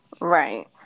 Right